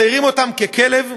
מציירים אותם ככלב,